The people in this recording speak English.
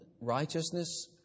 righteousness